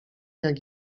jak